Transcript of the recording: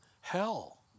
hell